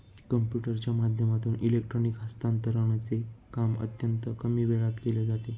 कम्प्युटरच्या माध्यमातून इलेक्ट्रॉनिक हस्तांतरणचे काम अत्यंत कमी वेळात केले जाते